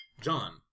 John